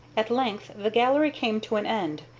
at length the gallery came to an end,